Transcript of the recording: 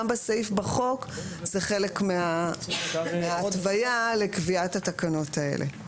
גם בסעיף בחוק זה חלק בהערות לקביעת התקנות האלה.